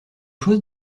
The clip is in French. chose